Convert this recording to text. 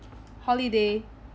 holiday